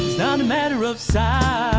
not a matter of size